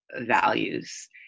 values